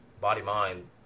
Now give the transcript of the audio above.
body-mind